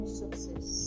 success